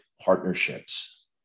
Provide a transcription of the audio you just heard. partnerships